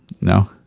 No